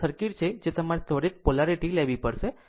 આમ આ તે સર્કિટ છે જે તમારે ત્વરિત પોલારીટી લેવી પડશે